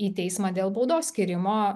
į teismą dėl baudos skyrimo